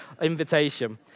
invitation